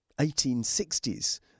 1860s